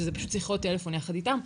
שזה פשוט שיחות טלפון יחד איתם,